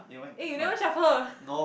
eh you never shuffle